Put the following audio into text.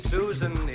Susan